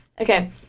okay